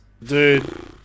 Dude